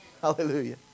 Hallelujah